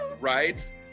Right